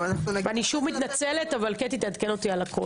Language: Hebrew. ואני שוב מתנצלת, אבל קטי תעדכן אותי על הכול.